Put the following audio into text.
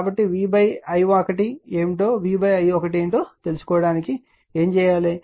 కాబట్టి v i1 ఏమిటో v i1 ఏమిటో తెలుసుకోవడానికి ఏమి చేయవచ్చు